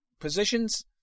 positions